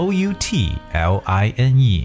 Outline